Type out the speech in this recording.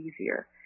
easier